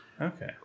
Okay